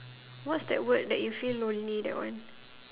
what's that word that you feel lonely that one